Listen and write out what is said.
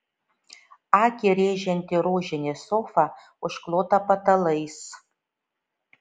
akį rėžianti rožinė sofa užklota patalais